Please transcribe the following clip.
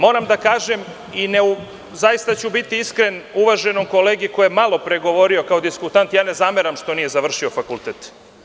Moram da kažem i zaista ću biti iskren, uvaženom kolegi koji je malo pre govorio kao diskutant, ne zameram što nije završio fakultet.